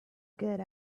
good